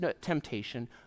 temptation